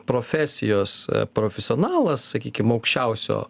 profesijos profesionalas sakykime aukščiausio